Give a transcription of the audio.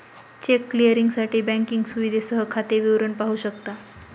check क्लिअरिंगसाठी banking सुविधेसह खाते विवरण पाहू शकता